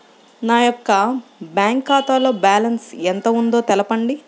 నా యొక్క బ్యాంక్ ఖాతాలో బ్యాలెన్స్ ఎంత ఉందో తెలపండి?